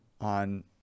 on